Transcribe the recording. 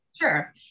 sure